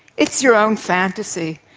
it's your own fantasy.